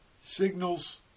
signals